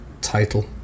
title